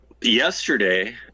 yesterday